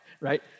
right